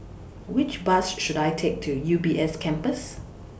Which Bus should I Take to U B S Campus